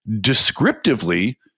descriptively